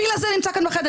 הפיל הזה נמצא כאן בחדר.